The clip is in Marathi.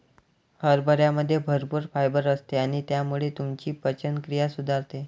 हरभऱ्यामध्ये भरपूर फायबर असते आणि त्यामुळे तुमची पचनक्रिया सुधारते